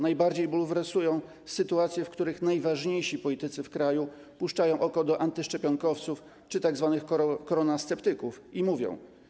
Najbardziej bulwersują sytuacje, w których najważniejsi politycy w kraju puszczają oko do antyszczepionkowców czy tzw. koronasceptyków i mówią: